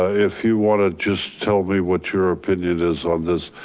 ah if you wanna just tell me what your opinion is on this.